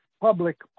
public